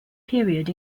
period